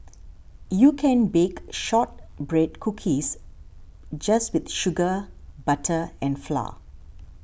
you can bake Shortbread Cookies just with sugar butter and flour